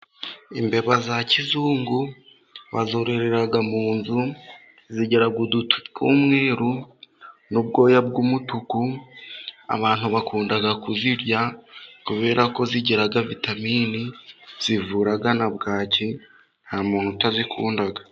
Imbeba za kizungu bazororaga mu nzu, zigira utuguru tw'umweru n'ubwoya bw'umutuku. Abantu bakunda kuzirya kubera ko zigira vitaminini zivura bwaki, nta muntu utazikunda.